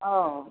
हो